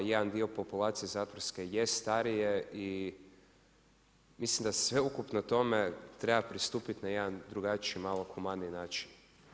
Jedan dio populacije zatvorske jest starije i mislim da sveukupno tome treba pristupit na jedan drugačiji, malo humaniji način.